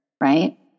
right